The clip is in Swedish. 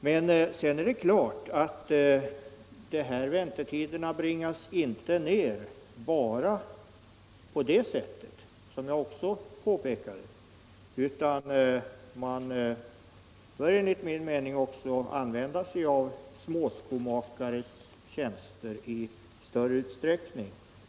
Men sedan är det klart att väntetiderna bringas inte ned bara på det sättet — även detta påpekade jag - utan man bör enligt min mening också använda sig av småskomakares tjänster i ökad omfattning.